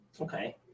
Okay